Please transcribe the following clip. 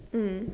mm